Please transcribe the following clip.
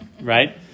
right